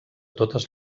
totes